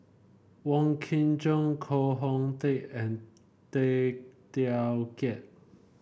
Wong Kin Jong Koh Hong Teng and Tay Teow Kiat